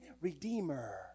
redeemer